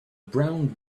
brown